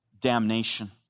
damnation